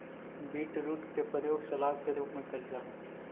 beetroot के प्रयोग सलाद के रूप में कैल जा हइ